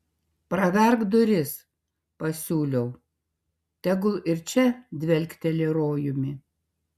praverk duris pasiūliau tegul ir čia dvelkteli rojumi